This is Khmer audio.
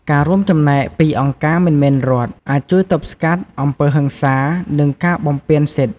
ការរួមចំណែកពីអង្គការមិនមែនរដ្ឋអាចជួយទប់ស្កាត់អំពើហិង្សា និងការបំពានសិទ្ធិ។